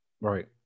Right